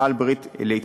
בעל-ברית להתפתחות.